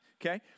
okay